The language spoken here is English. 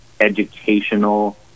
educational